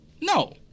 No